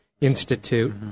institute